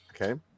Okay